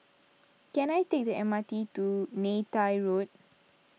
can I take the M R T to Neythai Road